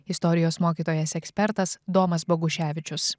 istorijos mokytojas ekspertas domas boguševičius